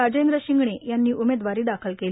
राजेंद्र शिंगणे यांनी उमेवादवारी दाखल केली